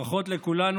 ברכות לכולנו,